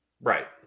Right